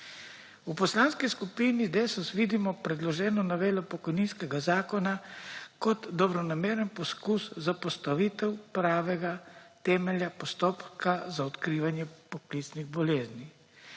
V Poslanski skupini Desus vidimo predloženo novelo pokojninskega zakona kot dobronameren poskus za postavitev pravega temelja postopka za odkrivanje poklicnih bolezni.